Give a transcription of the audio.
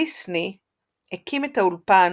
דיסני הקים את האולפן